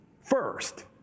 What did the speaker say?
first